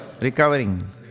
Recovering